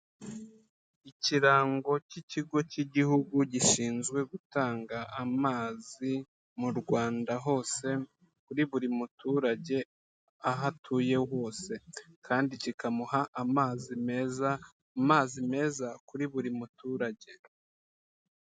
Ikirango cy'Ikigo cy'Igihugu gishinzwe gutanga amazi mu Rwanda hose kuri buri muturage aho atuye hose kandi kikamuha amazi meza, amazi meza kuri buri muturage.